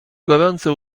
gorąco